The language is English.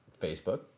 Facebook